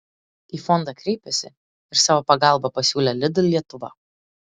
į fondą kreipėsi ir savo pagalbą pasiūlė lidl lietuva